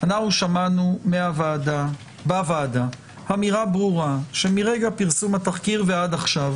אנחנו שמענו בוועדה אמירה ברורה שמרגע פרסום התחקיר ועד עכשיו